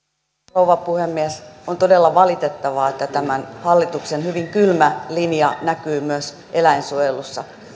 rouva puhemies on todella valitettavaa että tämän hallituksen hyvin kylmä linja näkyy myös eläinsuojelussa